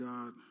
God